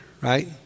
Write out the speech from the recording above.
Right